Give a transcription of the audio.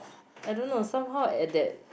I don't know some how at that